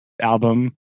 album